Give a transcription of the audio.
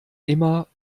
immer